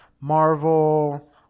Marvel